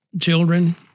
children